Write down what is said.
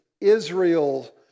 Israel